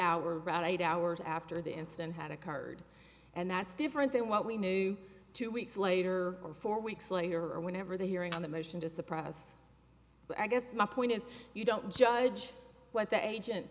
rather eight hours after the incident had occurred and that's different than what we knew two weeks later or four weeks later or whenever the hearing on the motion to suppress but i guess my point is you don't judge what the agent